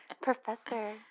Professor